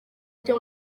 icyo